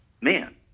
man